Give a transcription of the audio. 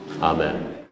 Amen